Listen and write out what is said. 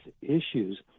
issues